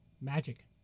Magic